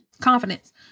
confidence